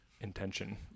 intention